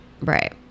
Right